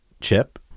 Chip